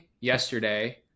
yesterday